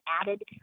added